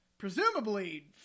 Presumably